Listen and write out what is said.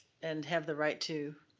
and have the right to.